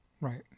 Right